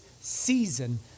season